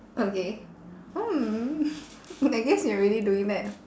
okay hmm I guess you're already doing that